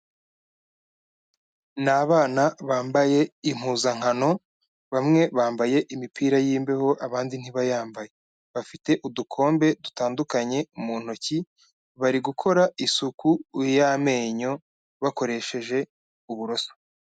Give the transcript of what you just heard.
Ni abana bambaye impuzankano, bamwe bambaye imipira y'imbeho, abandi ntibayambaye. Bafite udukombe dutandukanye mu ntoki, bari gukora isuku y'amenyo bakoresheje uburoso.